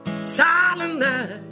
Silent